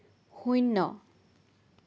শূন্য